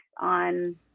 on